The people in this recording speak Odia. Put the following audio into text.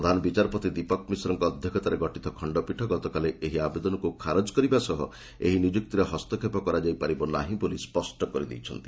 ପ୍ରଧାନ ବିଚାରପତି ଦୀପକ ମିଶ୍ରଙ୍କ ଅଧ୍ୟକ୍ଷତାରେ ଗଠିତ ଖଣ୍ଡପୀଠ ଗତକାଲି ଆବେଦନକୁ ଖାରଜ କରିବା ସହ ଏହି ନିଯୁକ୍ତିରେ ହସ୍ତକ୍ଷେପ କରାଯାଇପାରିବ ନାହିଁ ବୋଲି ସ୍ୱଷ୍ଟ କରିଦେଇଛନ୍ତି